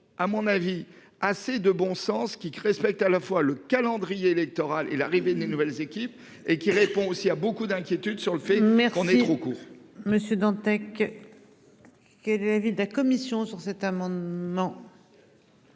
à mon avis assez de bon sens qui qui respecte à la fois le calendrier électoral et l'arrivée des nouvelles équipes et qui répond aussi à beaucoup d'inquiétude sur le fait. Une mère on est trop court. Monsieur Dantec. Quel est l'avis de la commission sur cet amendement.